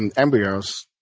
and embryos